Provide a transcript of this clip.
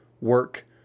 work